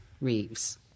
Reeves